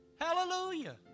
hallelujah